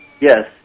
Yes